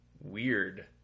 weird